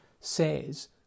says